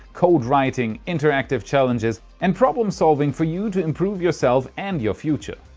code-writing, interactive challenges, and problem solving for you to improve yourself and your future.